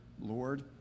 Lord